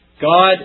God